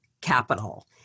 capital